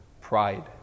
pride